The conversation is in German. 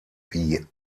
wie